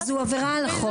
וזו עבירה על החוק.